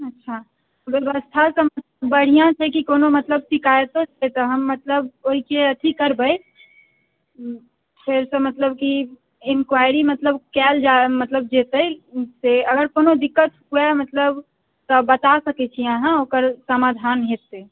अच्छा व्यवस्थासभ बढ़िआँ छै कि कोनो मतलब शिकायतो छै से तऽ हम मतलब ओहिके अथि करबै छै तऽ मतलब कि इन्क्वायरी मतलब कयल जा रहल मतलब जेतै से अगर कोनो दिक्कत हुए मतलब तऽ बता सकैत छी अहाँ ओकर समाधान हेतै